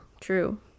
true